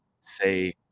Say